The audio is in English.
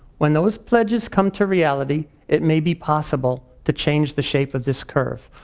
when those pledges come to reality, it may be possible to change the shape of this curve.